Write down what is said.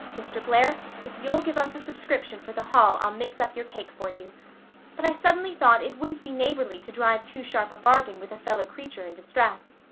mr. blair, if you'll give us a subscription for the hall i'll mix up your cake for you but i suddenly thought it wouldn't be neighborly to drive too sharp a bargain with a fellow creature in distress.